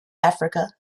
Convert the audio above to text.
africa